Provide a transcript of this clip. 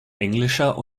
englischer